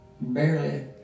barely